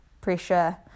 pressure